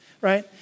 right